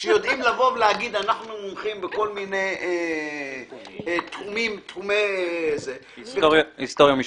שיודעים להגיד שאנחנו מומחים בכל מיני תחומים --- היסטוריה משפחתית.